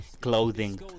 clothing